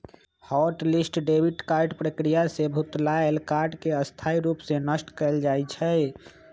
hot list debit card प्रक्रिया से भुतलायल कार्ड के स्थाई रूप से नष्ट कएल जाइ छइ